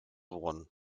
worden